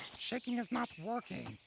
shaking is not working.